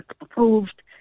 approved